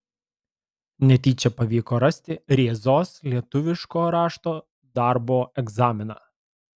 netyčia pavyko rasti rėzos lietuviško rašto darbo egzaminą